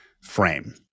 frame